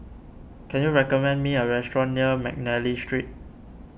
can you recommend me a restaurant near McNally Street